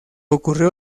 ocurrió